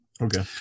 Okay